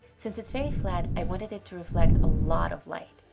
since it's very flat, i wanted it to reflect a lot of light,